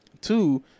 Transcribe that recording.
two